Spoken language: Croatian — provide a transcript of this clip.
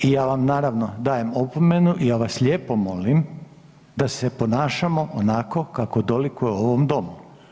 Ja vam naravno dajem opomenu i ja vas lijepo molim da se ponašamo onako kako dolikuje ovom domu.